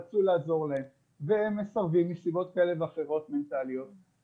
רצו לעזור להם והם מסרבים מסיבות כאלה ואחרות מנטליות.